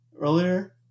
earlier